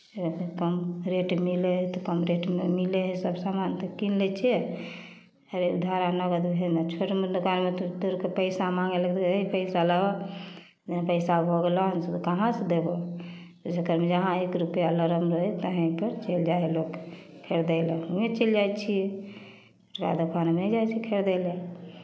से कम रेट मिलै हइ तऽ कम रेटमे मिलै हइ सभ सामान तऽ कीनि लै छियै अरे उधार आ नगद उएहमे छोट मोट दोकानमे तऽ तुरन्ते पैसा माङ्गय लगै हइ पैसा लाउ इतना पैसा भऽ गयलनि से कहाँसँ देबै तऽ जहाँपर एक रुपैआ लरम रहय तहीँपर चलि जाइ हइ लोक खरीदय लेल हमहूँ चलि जाइ छियै दोसरा दोकान नहि जाइ छियै खरीदय लए